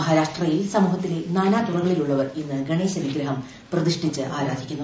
മഹാരാഷ്ട്രയിൽ സമൂഹത്തിലെ നാനാതുറകളിലുള്ളവർ ഇന്ന് ഗണ്ണൂശ ്വിഗ്രഹം പ്രതിഷ്ഠിച്ച് ആരാധിക്കുന്നു